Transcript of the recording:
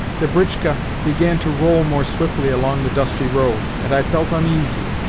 the britchka began to roll more swiftly along the dusty road, and i felt uneasy,